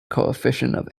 coefficient